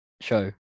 show